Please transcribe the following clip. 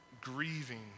grieving